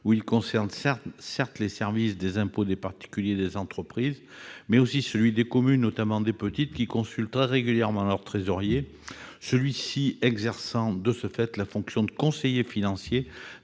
où il concerne, certes, les services des impôts des particuliers et des entreprises, mais aussi ceux des communes, notamment les petites, qui consultent très régulièrement leur trésorier, celui-ci exerçant de ce fait la fonction de conseiller financier,